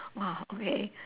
!wow! okay